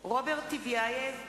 רוברט טיבייב,